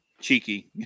cheeky